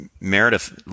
Meredith